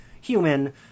human